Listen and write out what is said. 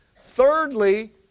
Thirdly